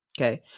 Okay